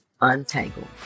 Untangled